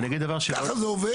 ככה זה עובד.